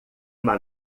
uma